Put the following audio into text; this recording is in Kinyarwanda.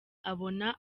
abona